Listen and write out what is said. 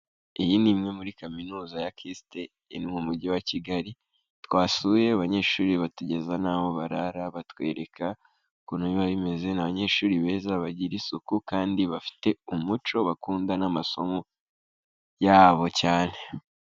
Iyi ni imwe muri kaminuza ya Kist iri mu mujyi wa Kigali, twasuye abanyeshuri batugeza n'aho barara, batwereka ukuntu biba bimeze, ni abanyeshuri beza bagira isuku, kandi bafite umuco, bakunda n'amasomo yabo cyane.